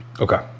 Okay